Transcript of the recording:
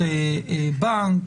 בנק.